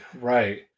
right